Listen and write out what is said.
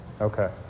Okay